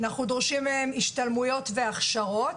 דורשים מהם השתלמויות והכשרות,